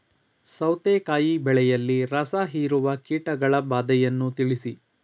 ಸೌತೆಕಾಯಿ ಬೆಳೆಯಲ್ಲಿ ರಸಹೀರುವ ಕೀಟಗಳ ಬಾಧೆಯನ್ನು ತಿಳಿಸಿ?